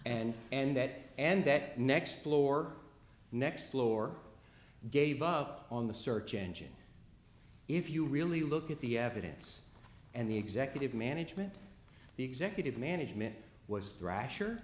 and and that and that next floor next floor gave up on the search engine if you really look at the evidence and the executive management the executive management was dr